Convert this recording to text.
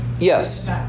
Yes